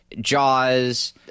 Jaws